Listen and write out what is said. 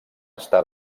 està